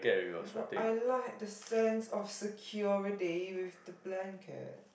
but I like the sense of security with the blanket